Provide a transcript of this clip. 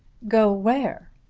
go where?